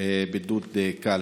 בידוד קל.